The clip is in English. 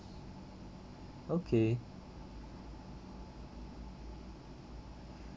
okay